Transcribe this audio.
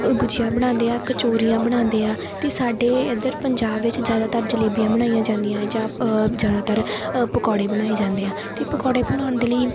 ਗੁਜੀਆ ਬਣਾਉਂਦੇ ਹਾਂ ਕਚੋਰੀਆਂ ਬਣਾਉਂਦੇ ਹਾਂ ਅਤੇ ਸਾਡੇ ਇੱਧਰ ਪੰਜਾਬ ਵਿੱਚ ਜ਼ਿਆਦਾਤਰ ਜਲੇਬੀਆਂ ਬਣਾਈਆਂ ਜਾਂਦੀਆਂ ਜਾਂ ਜ਼ਿਆਦਾਤਰ ਪਕੌੜੇ ਬਣਾਏ ਜਾਂਦੇ ਹਾਂ ਅਤੇ ਪਕੌੜੇ ਬਣਾਉਣ ਦੇ ਲਈ